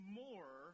more